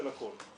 של הכל.